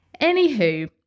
Anywho